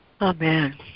Amen